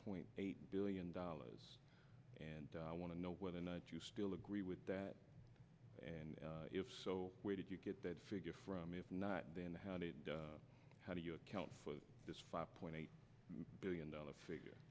point eight billion dollars and i want to know whether or not you still agree with that and if so where did you get that figure from if not then how did how do you account for this five point eight billion dollars figure